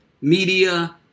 media